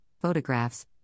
photographs